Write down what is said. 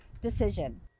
decision